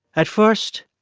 at first,